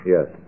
Yes